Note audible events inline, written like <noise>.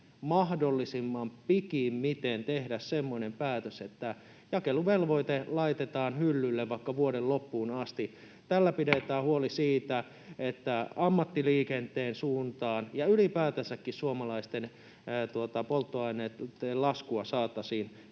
mahdollisimman pikimmiten tehdä semmoinen päätös, että jakeluvelvoite laitetaan hyllylle vaikka vuoden loppuun asti. <noise> Tällä pidetään huoli siitä, että ammattiliikenteen suuntaan ja ylipäätänsäkin suomalaisten polttoaineitten laskua saataisiin